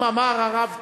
אם אמר הרב צבי,